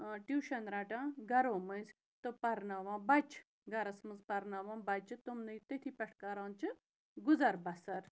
tuition رَٹان گَرو مٔنٛزۍ تہٕ پَرناوان بَچہٕ گَرَس منٛز پَرناوان بَچہٕ تٕمنٕے تٔتھی پٮ۪ٹھ کَران چھِ گُزَر بَسَر